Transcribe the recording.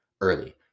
early